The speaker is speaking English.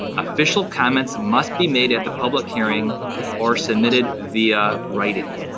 official comments must be made at the public hearing or submitted via writing.